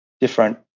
different